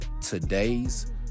today's